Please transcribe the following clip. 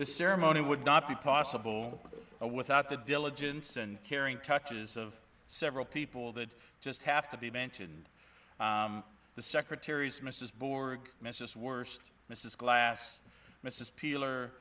the ceremony would not be possible without the diligence and caring touches of several people that just have to be mentioned the secretaries mrs borg missis worst mrs glass mrs peeler